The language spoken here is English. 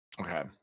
Okay